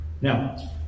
Now